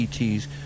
ETs